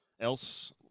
else